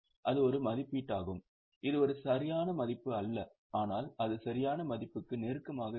இது ஒரு மதிப்பீடாகும் இது ஒரு சரியான மதிப்பு அல்ல ஆனால் அது சரியான மதிப்புக்கு நெருக்கமாக இருக்கும்